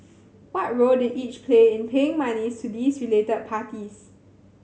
what role did each play in paying monies to these related parties